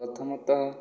ପ୍ରଥମତଃ